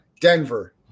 Denver